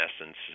essence